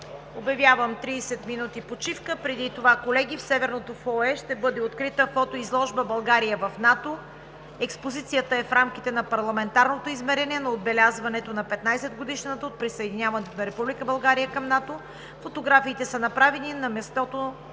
също ще подлежи на дебат. Преди това, колеги – в Северното фоайе ще бъде открита фотоизложба „България в НАТО“. Експозицията е в рамките на парламентарното измерение на отбелязването на 15-годишнината от присъединяването на Република България към НАТО. Фотографиите са направени на мястото